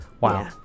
Wow